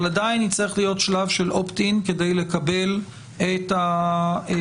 אבל עדיין יצטרך להיות שלב של אופט-אין כדי לקבל את השירות.